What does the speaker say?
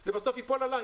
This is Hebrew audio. זה בסוף ייפול עליי".